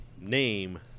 name